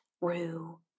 rue